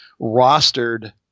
rostered